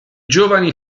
giovani